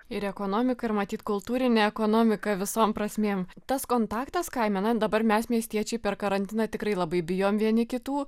ir ekonomika ir matyt kultūrinė ekonomika visom prasmėm tas kontaktas kaime na dabar mes miestiečiai per karantiną tikrai labai bijom vieni kitų